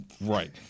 right